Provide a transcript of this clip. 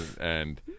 and-